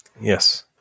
Yes